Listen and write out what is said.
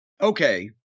Okay